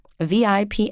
VIP